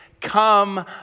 Come